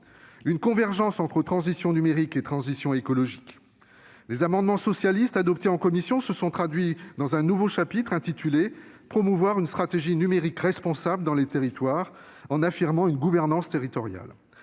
une convergence entre transition numérique et transition écologique. Les amendements socialistes adoptés en commission se sont traduits dans un nouveau chapitre intitulé « Promouvoir une stratégie numérique responsable dans les territoires », en affirmant une gouvernance territoriale :